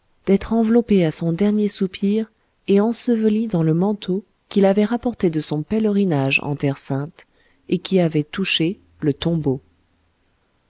d'être enveloppé à son dernier soupir et enseveli dans le manteau qu'il avait rapporté de son pèlerinage en terre sainte et qui avait touché le tombeau